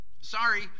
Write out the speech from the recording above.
Sorry